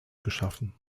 geschaffen